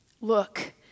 look